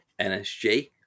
NSG